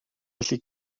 gallu